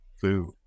food